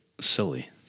silly